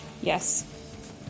Yes